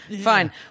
Fine